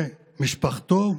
למשפחתו,